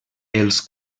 els